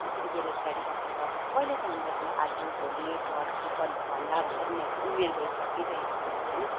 यसरी बेरोजगारी बसेर कहिलेसम्म बस्नु आज भोलि पर्खी भन्दाभन्दै उनीहरूको उमेर गइसकिरहेको हुन्छ होइन